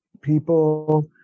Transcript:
people